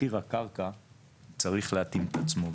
מחיר הקרקע צריך להתאים את עצמו,